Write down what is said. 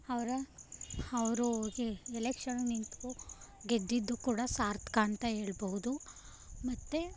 ಅವರ ಅವರು ಎಲೆಕ್ಷನಿಗೆ ನಿಂತು ಗೆದ್ದಿದ್ದು ಕೂಡ ಸಾರ್ಥಕ ಅಂತ ಹೇಳ್ಬೋದು ಮತ್ತು